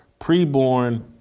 Preborn